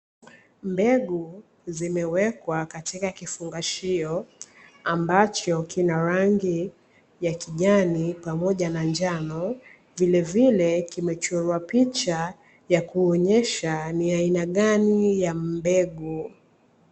Mbegu zimewekwa katika kifungashio ambacho kina rangi ya kijani pamoja na njano, vilevile kimechorwa picha ya kuonyesha ni aina gani ya mbegu.